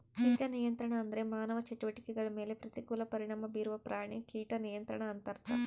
ಕೀಟ ನಿಯಂತ್ರಣ ಅಂದ್ರೆ ಮಾನವ ಚಟುವಟಿಕೆಗಳ ಮೇಲೆ ಪ್ರತಿಕೂಲ ಪರಿಣಾಮ ಬೀರುವ ಪ್ರಾಣಿ ಕೀಟ ನಿಯಂತ್ರಣ ಅಂತರ್ಥ